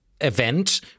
event